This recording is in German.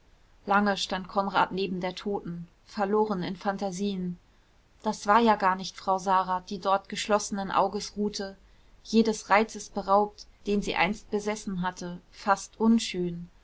lange stand konrad neben der toten verloren in phantasien das war ja gar nicht frau sara die dort geschlossenen auges ruhte jedes reizes beraubt den sie einst besessen hatte fast unschön